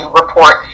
report